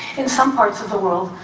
in some parts of the world,